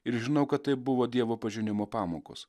ir žinau kad tai buvo dievo pažinimo pamokos